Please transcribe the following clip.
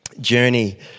journey